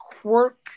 Quirk